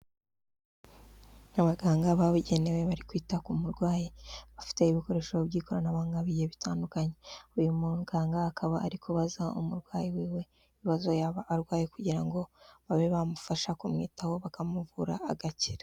Abaganga babigenewe bari kwita ku murwayi, bafite ibikoresho by'ikoranabuhanga bigiye bitandukanye, uyu muganga akaba ari kubaza umurwayi w'iwe ibibazo yaba arwaye kugira ngo babe bamufasha kumwitaho bakamuvura agakira.